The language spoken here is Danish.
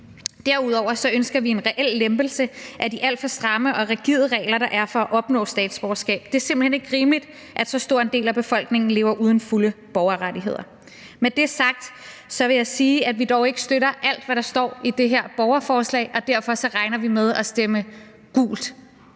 Derudover ønsker vi en reel lempelse af de alt for stramme og rigide regler, der er for at opnå statsborgerskab. Det er simpelt hen ikke rimeligt, at så stor en del af befolkningen lever uden fulde borgerrettigheder. Med det sagt vil jeg sige, at vi dog ikke støtter alt, hvad der står i det her borgerforslag, og derfor regner vi med at stemme gult